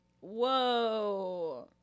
Whoa